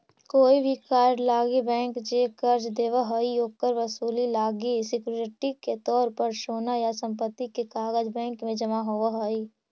कोई भी कार्य लागी बैंक जे कर्ज देव हइ, ओकर वसूली लागी सिक्योरिटी के तौर पर सोना या संपत्ति के कागज़ बैंक में जमा होव हइ